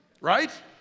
right